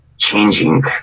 changing